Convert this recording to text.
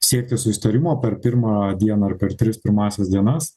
siekti susitarimo per pirmą dieną ar per tris pirmąsias dienas